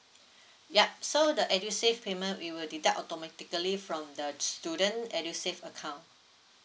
yup so the edusave payment we will deduct automatically from the student edusave account